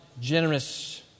generous